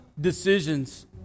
decisions